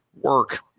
work